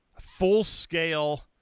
full-scale